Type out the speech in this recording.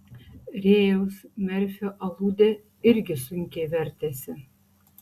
rėjaus merfio aludė irgi sunkiai vertėsi